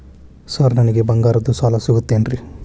Sir ನನಗೆ ಬಂಗಾರದ್ದು ಸಾಲ ಸಿಗುತ್ತೇನ್ರೇ?